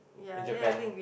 in Japan